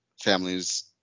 families